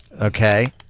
Okay